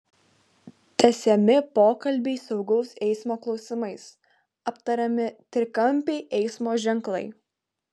tęsiami pokalbiai saugaus eismo klausimais aptariami trikampiai eismo ženklai